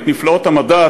את נפלאות המדע,